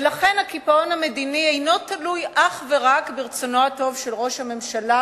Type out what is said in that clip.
ולכן הקיפאון המדיני אינו תלוי אך ורק ברצונו הטוב של ראש הממשלה,